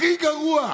הכי גרוע,